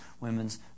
women's